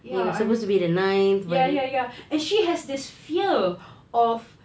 ya I'm ya ya ya and she has this fear of